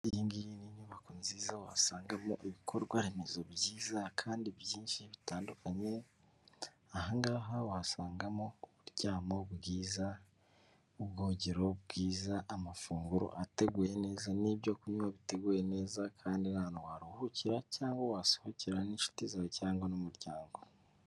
Iyi ngiyi ni inyubako nziza wasangamo ibikorwa remezo byiza, kandi byinshi bitandukanye, aha ngaha wasangamo uburyamo bwiza, ubwogero bwiza, amafunguro ateguye neza, n'ibyo kunywa biteguye neza, kandi ni ahantu waruhukira, cyangwa wasohokera, n'inshuti zawe cyangwa n'umuryango.